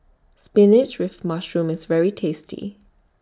Spinach with Mushroom IS very tasty